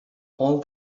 all